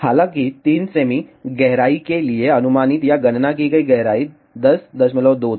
हालांकि 3 सेमी गहराई के लिए अनुमानित या गणना की गई गहराई 102 थी जो गलत थी